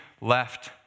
left